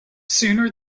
sooner